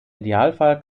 idealfall